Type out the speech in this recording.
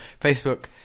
Facebook